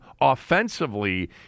offensively